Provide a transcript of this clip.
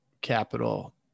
capital